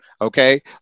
Okay